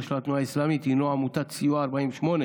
של התנועה האסלאמית הינו עמותת סיוע 48,